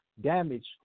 damage